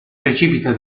precipita